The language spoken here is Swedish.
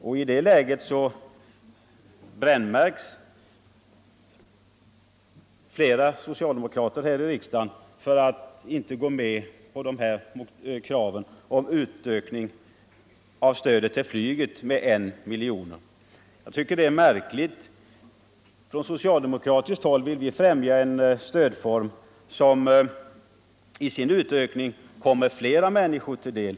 I det läget brännmärks flera socialdemokrater här i riksdagen för att de inte vill gå med på kravet om utökning av stödet till flyget med I miljon kronor. Jag tycker att det är märkligt. Från socialdemokratiskt håll vill vi främja en stödform där utökningen kommer flera människor till del.